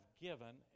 given